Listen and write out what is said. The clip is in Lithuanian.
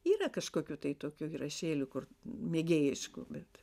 yra kažkokių tai tokių įrašėlių kur mėgėjiškų bet